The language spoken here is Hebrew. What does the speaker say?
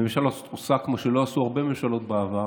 הממשלה עושה כמו שלא עשו הרבה ממשלות בעבר.